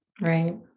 Right